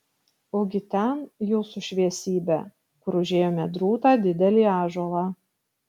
ugi ten jūsų šviesybe kur užėjome drūtą didelį ąžuolą